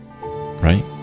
right